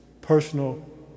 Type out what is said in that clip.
personal